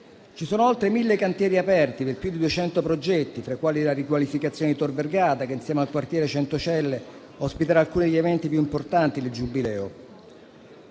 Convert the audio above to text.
Ci sono oltre 1.000 cantieri aperti per più di 200 progetti, tra i quali la riqualificazione di Tor Vergata che, insieme al quartiere Centocelle, ospiterà alcuni degli eventi più importanti del Giubileo,